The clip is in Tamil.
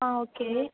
ஆ ஓகே